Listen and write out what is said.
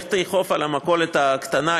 לך תאכוף על המכולת הקטנה,